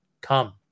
come